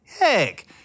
Heck